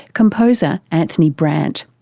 composer anthony brandt.